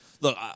look